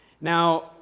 Now